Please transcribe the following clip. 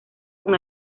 con